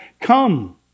come